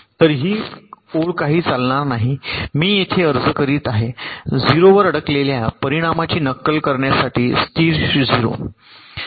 तर ही ओळ काही चालणार नाही आणि मी येथे अर्ज करीत आहे 0 वर अडकलेल्या परिणामाची नक्कल करण्यासाठी स्थिर 0